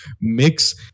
mix